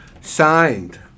signed